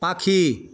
পাখি